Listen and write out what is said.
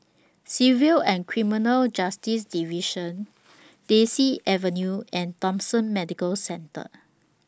Civil and Criminal Justice Division Daisy Avenue and Thomson Medical Centre